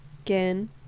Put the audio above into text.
again